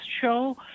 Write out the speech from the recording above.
show